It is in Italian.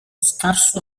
scarso